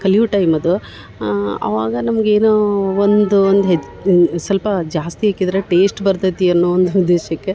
ಕಲಿವು time ಅದು ಅವಾಗ ನಮ್ಗ ಏನೋ ಒಂದು ಒಂದು ಹೆಜ್ ಸಲ್ಪ ಜಾಸ್ತಿ ಹಾಕಿದ್ರ ಟೇಸ್ಟ್ ಬರ್ತೈತಿ ಅನ್ನೋ ಒಂದು ಉದ್ದೇಶಕ್ಕೆ